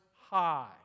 high